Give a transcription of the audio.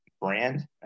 brand